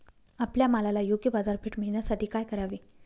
आपल्या मालाला योग्य बाजारपेठ मिळण्यासाठी काय करावे?